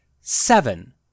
Seven